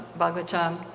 Bhagavatam